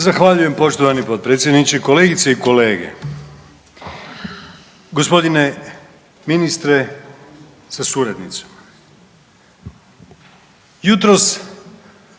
Zahvaljujem poštovani potpredsjedniče, kolegice i kolege. Gospodine ministre sa suradnicima,